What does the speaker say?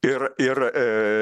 ir ir